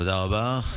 תודה רבה.